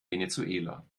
venezuela